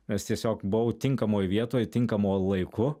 nes tiesiog buvau tinkamoj vietoj tinkamu laiku